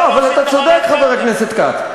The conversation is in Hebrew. לא, אבל אתה צודק, חבר הכנסת כץ.